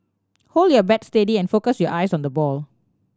hold your bat steady and focus your eyes on the ball